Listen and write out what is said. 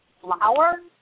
flower